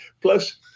plus